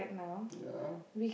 ya